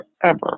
forever